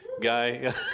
guy